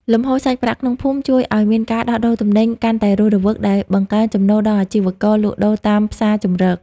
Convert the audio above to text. លំហូរសាច់ប្រាក់ក្នុងភូមិជួយឱ្យមានការដោះដូរទំនិញកាន់តែរស់រវើក ដែលបង្កើនចំណូលដល់អាជីវករលក់ដូរតាមផ្សារជម្រក។